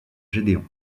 gédéon